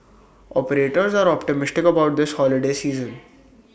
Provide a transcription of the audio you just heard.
operators are optimistic about this holiday season